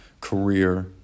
career